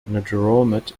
ngerulmud